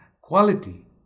quality